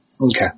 Okay